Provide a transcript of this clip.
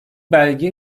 belge